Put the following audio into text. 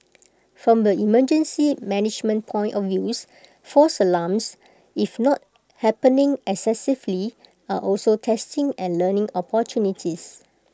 from the emergency management point of views false alarms if not happening excessively are also testing and learning opportunities